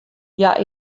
hja